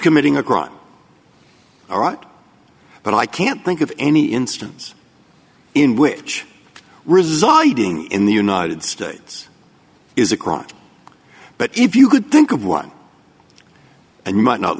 committing a crime all right but i can't think of any instance in which residing in the united states is a crime but if you could think of one and might not